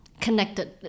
connected